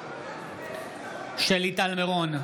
בעד שלי טל מירון,